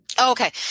Okay